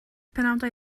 penawdau